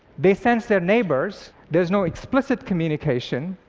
they sense their neighbors. there's no explicit communication.